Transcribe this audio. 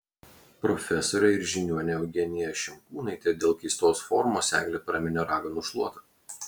profesorė ir žiniuonė eugenija šimkūnaitė dėl keistos formos eglę praminė raganų šluota